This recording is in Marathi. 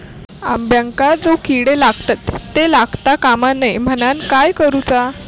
अंब्यांका जो किडे लागतत ते लागता कमा नये म्हनाण काय करूचा?